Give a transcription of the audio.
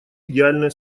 идеальное